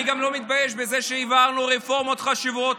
אני גם לא מתבייש בזה שהעברנו רפורמות חשובות,